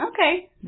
okay